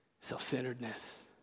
self-centeredness